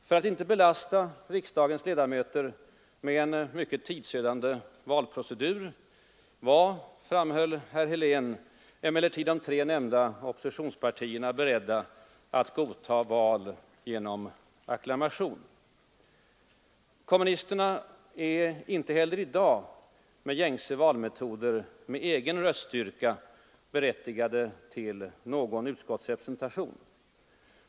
För att inte belasta riksdagens ledamöter med en mycket tidsödande valprocedur var — framhöll herr Helén — emellertid de tre nämnda oppositionspartierna beredda att godta val genom acklamation. Kommunisterna är inte heller i dag med gängse valmetoder med egen röststyrka berättigade till någon utskottsrepresentation.